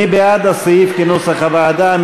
מי בעד הסעיף כנוסח הוועדה?